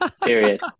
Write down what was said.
Period